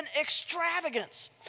extravagance